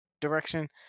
direction